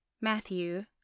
Matthew